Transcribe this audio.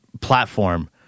platform